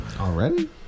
Already